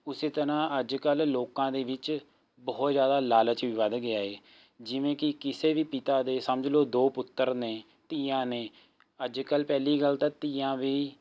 ਉਸੇ ਤਰਾਂ ਅੱਜ ਕੱਲ੍ਹ ਲੋਕਾਂ ਦੇ ਵਿੱਚ ਬਹੁਤ ਜ਼ਿਆਦਾ ਲਾਲਚ ਵੀ ਵੱਧ ਗਿਆ ਹੈ ਜਿਵੇਂ ਕਿ ਕਿਸੇ ਵੀ ਪਿਤਾ ਦੇ ਸਮਝ ਲਓ ਦੋ ਪੁੱਤਰ ਨੇ ਧੀਆਂ ਨੇ ਅੱਜ ਕੱਲ੍ਹ ਪਹਿਲੀ ਗੱਲ ਤਾਂ ਧੀਆਂ ਵੀ